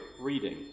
reading